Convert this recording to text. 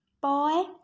boy